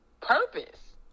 purpose